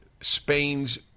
Spain's